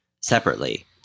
separately